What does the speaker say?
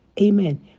Amen